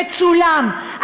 מצולם,